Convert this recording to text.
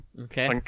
Okay